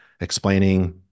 explaining